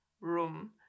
room